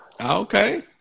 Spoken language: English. Okay